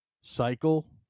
cycle